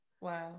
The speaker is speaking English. Wow